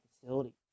facility